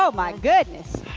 ah my goodness.